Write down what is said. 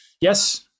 yes